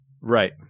Right